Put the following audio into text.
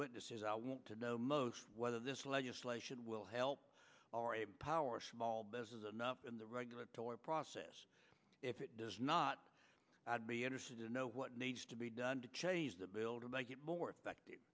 witnesses i want to know most whether this legislation will help or empower small business enough in the regulatory process if it does not i'd be interested to know what needs to be done to change the bill to make it more effective